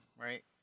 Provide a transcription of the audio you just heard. right